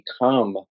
become